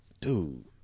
dude